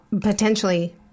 potentially